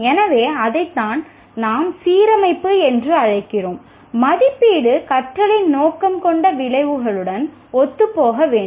எனவே அதைத்தான் நாம் சீரமைப்பு என்று அழைக்கிறோம் மதிப்பீடு கற்றலின் நோக்கம் கொண்ட விளைவுகளுடன் ஒத்துப்போக வேண்டும்